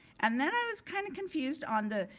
and then i was kind of confused on the,